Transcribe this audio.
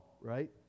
right